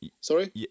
Sorry